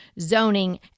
zoning